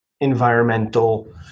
environmental